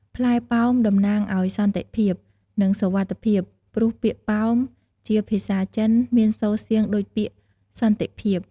ផ្លែប៉ោមតំណាងឱ្យសន្តិភាព និងសុវត្ថិភាព ព្រោះពាក្យ "ប៉ោម"ជាភាសាចិនមានសូរសៀងដូចពាក្យ "សន្តិភាព"។